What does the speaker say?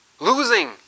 losing